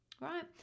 right